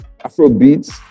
Afrobeats